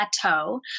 plateau